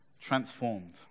Transformed